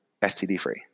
STD-free